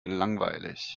langweilig